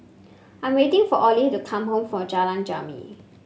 I'm waiting for Oley to come home for Jalan Jermin